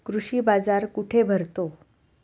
कृषी बाजार कुठे भरतो?